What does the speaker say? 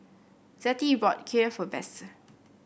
Zettie bought Kheer for Besse